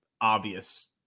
obvious